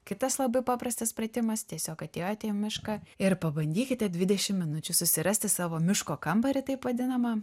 kitas labai paprastas pratimas tiesiog atėjote į mišką ir pabandykite dvidešim minučių susirasti savo miško kambarį taip vadinamą